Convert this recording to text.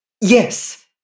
Yes